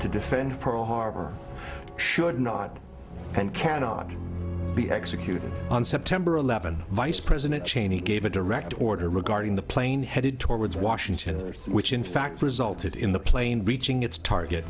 to defend pearl harbor should not and cannot be executed on september eleventh vice president cheney gave a direct order regarding the plane headed towards washington which in fact resulted in the plane reaching its target